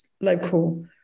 local